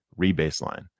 rebaseline